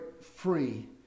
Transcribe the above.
free